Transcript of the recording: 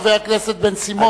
חבר הכנסת בן-סימון,